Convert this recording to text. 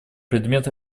предмет